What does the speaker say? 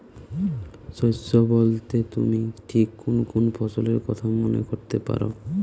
শস্য বোলতে তুমি ঠিক কুন কুন ফসলের কথা মনে করতে পার?